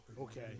okay